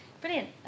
Brilliant